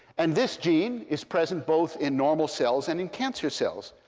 and this gene is present both in normal cells and in cancer cells.